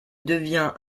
devient